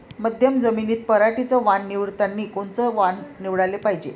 मध्यम जमीनीत पराटीचं वान निवडतानी कोनचं वान निवडाले पायजे?